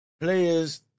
Players